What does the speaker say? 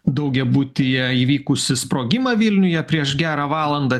daugiabutyje įvykusį sprogimą vilniuje prieš gerą valandą